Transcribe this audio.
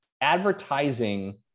advertising